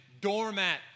doormat